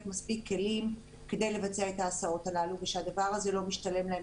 מספיק כלים כדי לבצע את ההסעות הללו ושהדבר הזה לא משתלם להן